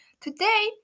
Today